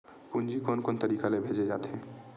पूंजी कोन कोन तरीका ले भेजे जाथे?